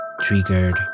triggered